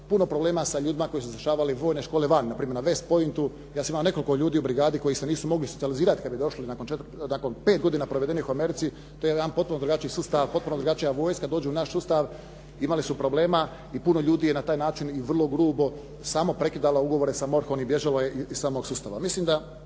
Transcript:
puno problema sa ljudima koji su završavali vojne škole vani, na primjer na West Pointu. Ja sam imao nekoliko ljudi u brigadi koji se nisu mogli socijalizirati nakon pet godina provedenih u Americi. To je jedan potpuno drugačiji sustav, potpuno drugačija vojska. Dođu u naš sustav, imali su problema i puno ljudi je na taj način i vrlo grubo samoprekidalo ugovore sa MORH-om i bježalo je iz samog sustava.